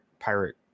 pirate